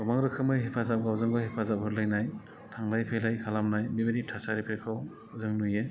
गोबां रोखोमै हेफाजाब गावजोंगाव हेफाजाब होलायनाय थांलाय फैलाय खालामनाय बेबायदि थासारिफोरखौ जों नुयो